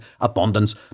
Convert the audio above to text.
abundance